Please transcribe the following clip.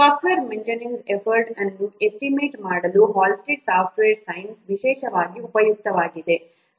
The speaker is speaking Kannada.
ಸಾಫ್ಟ್ವೇರ್ ಮೇಂಟೆನೆನ್ಸ್ ಎಫರ್ಟ್ ಅನ್ನು ಎಸ್ಟಿಮೇಟ್ ಮಾಡಲು ಹಾಲ್ಸ್ಟೆಡ್ನ ಸಾಫ್ಟ್ವೇರ್ ಸೈನ್ಸ್Halstead's software science ವಿಶೇಷವಾಗಿ ಉಪಯುಕ್ತವಾಗಿದೆ